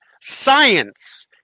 science